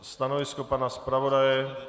Stanovisko pana zpravodaje?